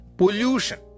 pollution